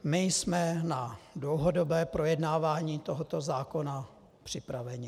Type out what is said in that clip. My jsme na dlouhodobé projednávání tohoto zákona připraveni.